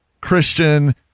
Christian